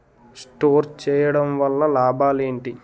Store చేయడం వల్ల లాభాలు ఏంటి?